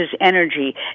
energy